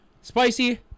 spicy